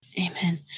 Amen